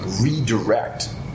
redirect